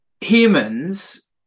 humans